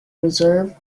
reserve